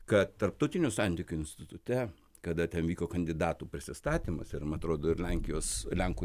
kad tarptautinių santykių institute kada ten vyko kandidatų prisistatymas ir ma atrodo ir lenkijos lenkų